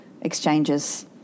exchanges